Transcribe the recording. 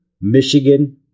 Michigan